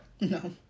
no